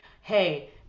Hey